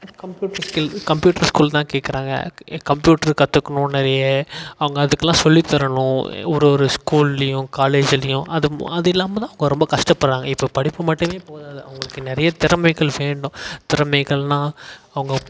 computer skill computer skill தான் கேட்குறாங்க computer கற்றுக்கணும் நிறைய அவங்க அதுக்கெலாம் சொல்லித்தரணும் ஒரு ஒரு ஸ்கூல்லயும் காலேஜ்லயும் அது அது இல்லாமல் தான் இப்போ ரொம்ப கஷ்டப்படுறாங்க இப்போ படிப்பு மட்டுமே போதாது அவங்களுக்கு நிறைய திறமைகள் வேண்டும் திறமைகள்னால் அவங்க